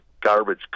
garbage